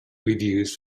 reviews